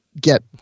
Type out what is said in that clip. get